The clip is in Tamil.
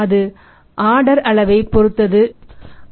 அது ஆர்டர் அளவைப் பொறுத்து இருக்கும்